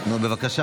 דת,